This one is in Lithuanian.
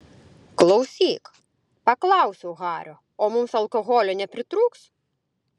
klausyk paklausiau hario o mums alkoholio nepritrūks